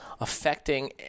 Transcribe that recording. affecting